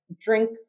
drink